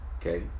Okay